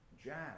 jazz